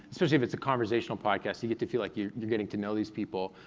especially if it's a conversational podcast, you get to feel like you're you're getting to know these people,